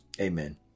Amen